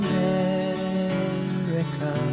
America